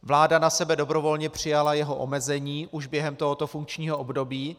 Vláda na sebe dobrovolně přijala jeho omezení už během tohoto funkčního období.